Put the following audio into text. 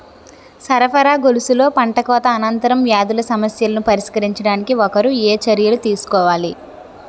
సరఫరా గొలుసులో పంటకోత అనంతర వ్యాధుల సమస్యలను పరిష్కరించడానికి ఒకరు ఏ చర్యలు తీసుకోవాలి?